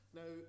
now